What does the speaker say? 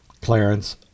Clarence